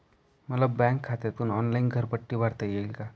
मला बँक खात्यातून ऑनलाइन घरपट्टी भरता येईल का?